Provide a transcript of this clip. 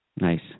nice